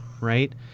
right